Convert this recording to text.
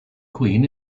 queen